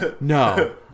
No